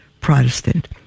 Protestant